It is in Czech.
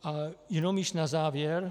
A jenom již na závěr.